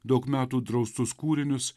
daug metų draustus kūrinius